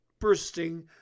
bursting